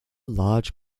large